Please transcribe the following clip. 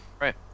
Right